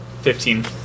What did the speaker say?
Fifteen